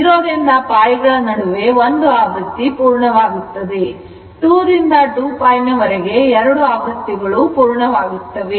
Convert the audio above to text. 0 ದಿಂದ π ಗಳ ನಡುವೆ ಒಂದು ಆವೃತ್ತಿ ಪೂರ್ಣವಾಗುತ್ತದೆ 2 ರಿಂದ 2π ವರೆಗೆ 2 ಆವೃತ್ತಿಗಳು ಪೂರ್ಣವಾಗುತ್ತವೆ